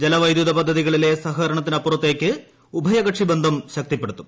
ജലവൈദ്യുത പദ്ധതികളിലെ സഹകരണത്തിനപ്പുറത്തേക്ക് ഉഭയകക്ഷി ബന്ധം ശക്തിപ്പെടുത്തും